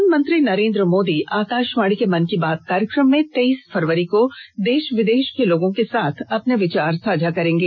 प्रधानमंत्री नरेन्द्र मोदी आकाशवाणी के मन की बात कार्यक्रम में तेइस फरवरी को देश विदेश के लोगों के साथ अपने विचार साझा करेंगे